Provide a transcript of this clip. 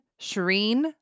Shireen